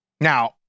Now